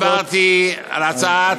עשר דקות דיברתי על הצעת,